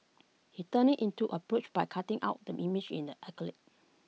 he turned IT into A brooch by cutting out the image in the acrylic